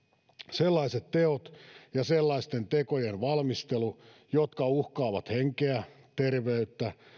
sellaiset teot ja sellaisten tekojen valmistelu jotka uhkaavat henkeä terveyttä